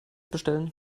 bestellen